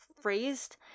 phrased